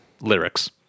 lyrics